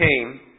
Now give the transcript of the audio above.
came